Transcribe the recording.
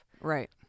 Right